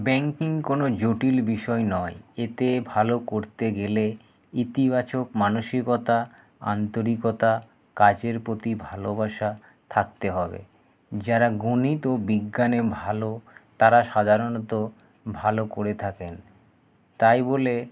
banking কোনো জটিল বিষয় নয় এতে ভালো করতে গেলে ইতিবাচক মানসিকতা আন্তরিকতা কাজের প্রতি ভালোবাসা থাকতে হবে যারা গণিত ও বিজ্ঞানে ভালো তারা সাধারণত ভালো করে থাকেন তাই বলে